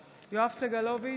סגלוביץ'